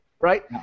right